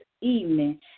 evening